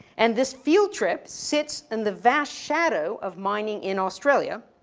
and this field trip sits in the vast shadow of mining in australia,